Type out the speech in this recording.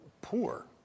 Poor